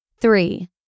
Three